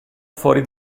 fuori